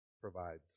provides